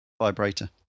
vibrator